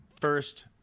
first